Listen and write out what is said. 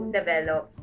develop